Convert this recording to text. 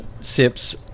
sips